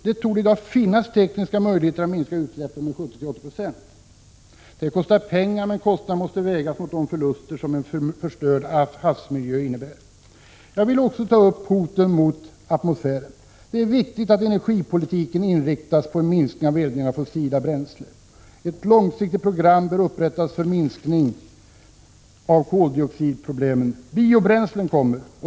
Det torde i dag finnas tekniska möjligheter att minska utsläppen med 70-80 96. Det kostar pengar, men kostnaden måste vägas mot de förluster en förstörd havsmiljö innebär. Jag vill också ta upp hoten mot atmosfären. Det är viktigt att energipolitiken inriktas på en minskning av eldningen med fossila bränslen. Ett långsiktigt program bör upprättas för minskning av koldioxidproblemen. Biobränslen kommer.